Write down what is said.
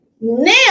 Now